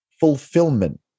Fulfillment